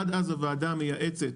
עד אז הוועדה המייעצת